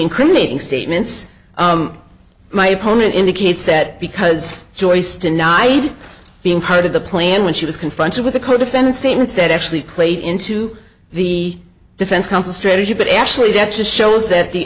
incriminating statements my opponent indicates that because joyce denied being part of the plan when she was confronted with the codefendant statements that actually played into the defense counsel strategy but actually death to shows that the